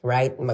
Right